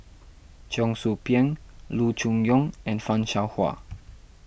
Cheong Soo Pieng Loo Choon Yong and Fan Shao Hua